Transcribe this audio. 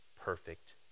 perfect